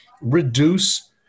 Reduce